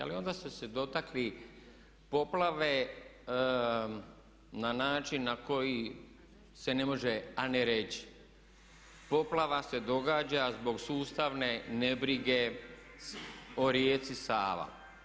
Ali onda ste se dotakli poplave na način na koji se ne može a ne reći, poplava se događa zbog sustavne ne brige o rijeci Sava.